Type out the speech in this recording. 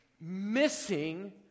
missing